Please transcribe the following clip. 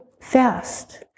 fast